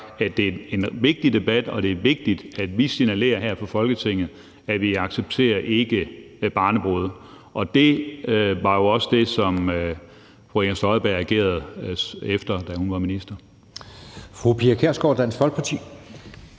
at det her er en vigtig debat, og at det er vigtigt, at vi her fra Folketinget signalerer, at vi ikke accepterer barnebrude. Det var jo også det, som fru Inger Støjberg agerede efter, da hun var minister.